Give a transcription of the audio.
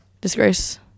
Disgrace